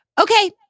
okay